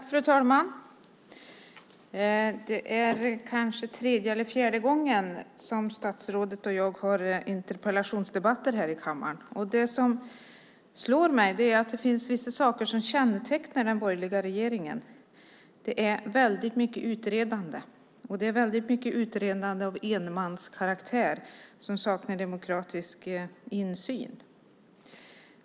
Fru talman! Det är kanske tredje eller fjärde gången som statsrådet och jag för interpellationsdebatter här i kammaren. Det som slår mig är att det finns vissa saker som kännetecknar den borgerliga regeringen. Det är mycket utredande, och det är mycket utredande av enmanskaraktär som saknar demokratisk insyn.